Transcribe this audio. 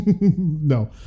No